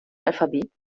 alphabet